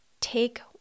Take